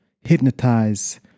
Hypnotize